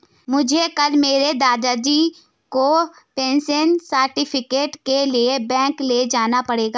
मुझे कल मेरे दादाजी को पेंशन सर्टिफिकेट के लिए बैंक ले जाना पड़ेगा